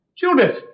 Judith